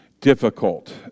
difficult